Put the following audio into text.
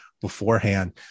beforehand